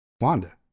Wanda